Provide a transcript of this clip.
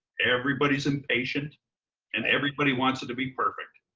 everybody's impatient and everybody wants it to be perfect.